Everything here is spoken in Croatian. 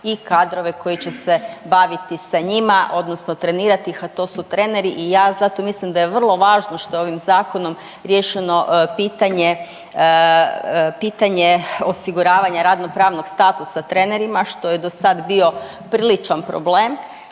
i kadrove koji će se baviti sa njima odnosno trenirati ih, a to su treneri. I ja zato mislim da je vrlo važno što je ovim zakonom riješeno pitanje osiguravanja radno pravnog statusa trenerima što je do sad bio priličan problem.